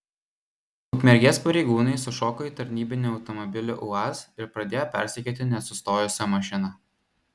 ukmergės pareigūnai sušoko į tarnybinį automobilį uaz ir pradėjo persekioti nesustojusią mašiną